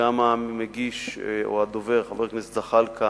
שגם המגיש או הדובר, חבר הכנסת זחאלקה,